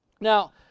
Now